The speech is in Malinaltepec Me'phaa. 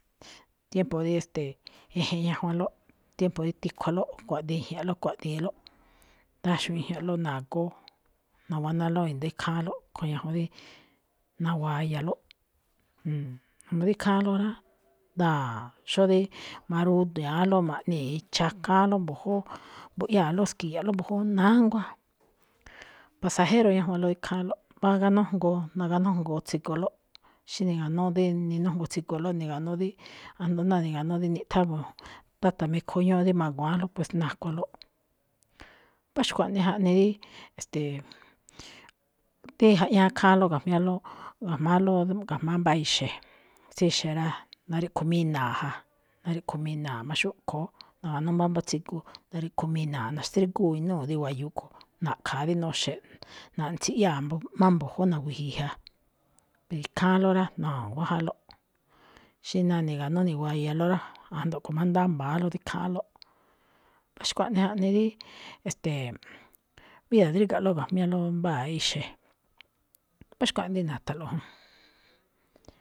Tiempo dí, e̱ste̱e̱, e̱je̱n ñajwanlóꞌ, tiempo di tikhualóꞌ, kuadiin i̱jña̱ꞌlóꞌ kuaꞌdiinlóꞌ, ndáxu̱ún i̱jña̱ꞌlóꞌ nágóó, naguanálóꞌ e̱ndo̱ó ikháánlóꞌ, kho̱ ñajuun dí nawayalóꞌ. Ndóo rí ikháánlóꞌ rá, nda̱a̱ xóo rí ma̱rudia̱ánlóꞌ, ma̱ꞌni̱i chakáánlóꞌ mmbu̱jú, mbu̱ꞌyáalóꞌ ski̱ya̱ꞌlóꞌ mbu̱jú, nánguá. Pasajero ñajwanlóꞌ ikháánꞌlóꞌ, mbá gánójngoo nagánójngoo tsigualóꞌ. Xí ni̱ga̱nú dí ninújngoo tsigualóꞌ, ni̱ga̱nú dí, ajndo náa ni̱ga̱nú dí niꞌthán ana̱ꞌlóꞌ táta̱ mikhuíí ñúú dí magua̱ánlóꞌ, pues nakualóꞌ. Mbá xkuaꞌnii jaꞌnii dí, e̱ste̱e̱, dí jaꞌñáá kháánlóꞌ gajmiálóꞌ, ga̱jma̱álóꞌ ga̱jma̱á mbá ixe̱. Tsí exe̱ rá, nariꞌkh inaa̱ꞌ ja, nariꞌkh inaa̱ꞌ má xúꞌkho̱, na̱ga̱nú mbámbá tsigu, nariꞌkh inaa̱ꞌ, naxtrígúu inúu dí wayuu kho̱, na̱ꞌkha̱a dí noxe̱ꞌ, naꞌne tsiꞌyáa̱ mbu̱jú-má mbu̱júꞌ na̱wi̱ji̱i̱ ja. Ikháánlóꞌ rá, na̱nguá jánlóꞌ. Xí ná ni̱ga̱nú niwayalóꞌ ra, ajndo a̱ꞌkho̱ má ndámba̱ánlóꞌ dí ikháánlóꞌ. Mbá xkuaꞌnii jaꞌnii dí, e̱ste̱e̱, vida dríga̱lóꞌ gajmiálóꞌ mbáa ixe̱. Mbá xkuaꞌnii na̱tha̱nlo̱ꞌ jún.